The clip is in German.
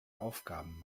aufgaben